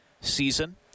season